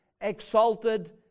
exalted